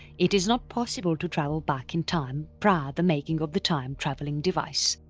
it is not possible to travel back in time prior the making of the time travelling device.